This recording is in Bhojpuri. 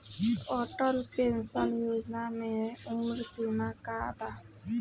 अटल पेंशन योजना मे उम्र सीमा का बा?